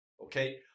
okay